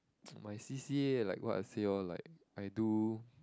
my C_C_A like what I say orh like I do